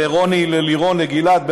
לרוני, ללירון, לגלעד.